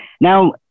Now